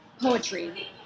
poetry